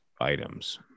items